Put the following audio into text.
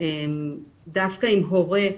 דווקא עם הורה,